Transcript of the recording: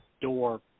door